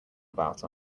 about